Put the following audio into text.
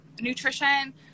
nutrition